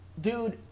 Dude